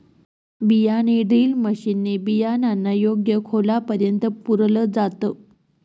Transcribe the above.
बियाणे drill machine ने बियाणांना योग्य खोलापर्यंत पुरल जात